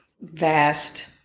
vast